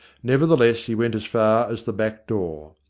nevertheless he went as far as the back door.